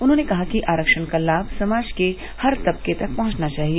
उन्होंने कहा कि आरक्षण का लाभ समाज के हर तबके तक पहुंचना चाहिए